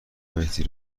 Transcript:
مهدی